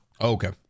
okay